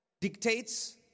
dictates